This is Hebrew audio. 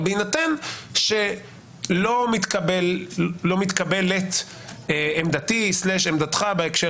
אבל בהינתן שלא מתקבלת עמדתי או עמדתך בהקשר